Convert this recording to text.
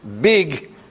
big